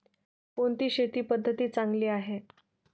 कोणती शेती पद्धती चांगली आहे?